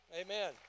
Amen